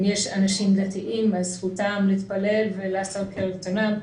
אם יש אנשים דתיים, זכותם להתפלל ולעשות כרצונם,